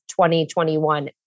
2021